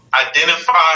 identify